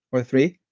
or three.